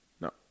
No